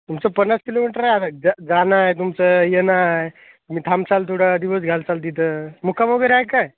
तुमचं पन्नास किलोमीटर आहे जा जाणं आहे तुमचं येणं आहे तुम्ही थांबवाल थोडं दिवस घालवाल तिथं मुक्काम वगैरे आहे काय